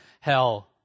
hell